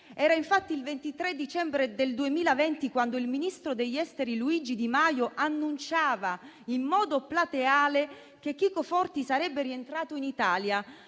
Era infatti il 23 dicembre 2020 quando il ministro degli affari esteri Luigi Di Maio annunciava in modo plateale che Chico Forti sarebbe rientrato in Italia,